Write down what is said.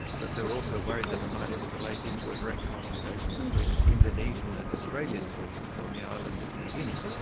but they were also worried that it might escalate into a direct confrontation between indonesian and australian forces on the island of new guinea.